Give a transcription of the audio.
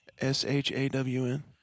S-H-A-W-N